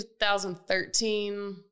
2013